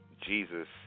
Jesus